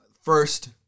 First